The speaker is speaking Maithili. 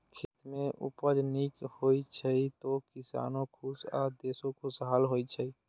खेत मे उपज नीक होइ छै, तो किसानो खुश आ देशो खुशहाल होइ छै